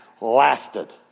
Lasted